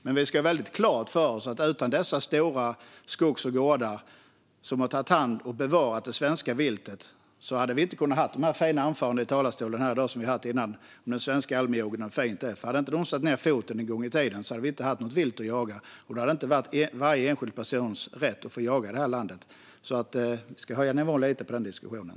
Men vi ska ha klart för oss att utan dessa stora skogsgårdar, som har tagit hand om och bevarat det svenska viltet, hade vi inte kunnat ha de här fina anförandena i talarstolen här i dag om den svenska allmogejakten och hur fint det är. Hade inte de satt ned foten en gång i tiden hade vi inte haft något vilt att jaga. Då hade det inte varit varje enskild persons rätt att jaga i det här landet. Jag tycker att vi ska höja nivån lite på den diskussionen.